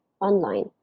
online